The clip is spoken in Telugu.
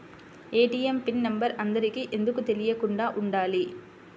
ఏ.టీ.ఎం పిన్ నెంబర్ అందరికి ఎందుకు తెలియకుండా ఉండాలి?